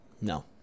no